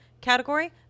category